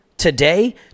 Today